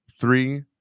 Three